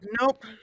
nope